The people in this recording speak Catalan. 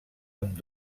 amb